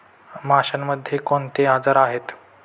माशांमध्ये कोणते आजार आहेत?